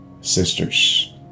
sisters